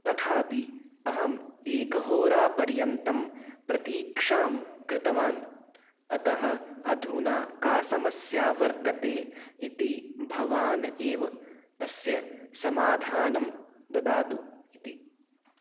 तथापि अहम् एकहोरापर्यन्तं प्रतीक्षां कृतवान् अतः अधुना का समस्या वर्तते इति भवान् एव तस्य समाधानं ददातु इति